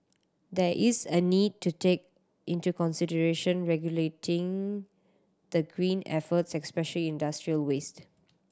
there is a need to take into consideration regulating the green efforts especially industrial waste